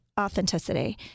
authenticity